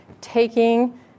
taking